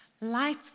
light